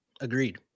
Agreed